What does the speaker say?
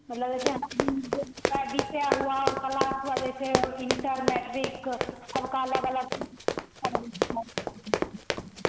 मतलब जैसे विषय हुआ और कलास हुआ जैसे इंटर मैट्रिक सब का अलग अलग